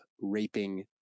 raping